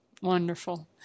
Wonderful